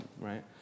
right